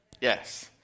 Yes